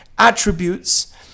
attributes